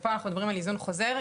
פה אנחנו מדברים על איזון חוזר.